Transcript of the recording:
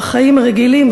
בחיים הרגילים,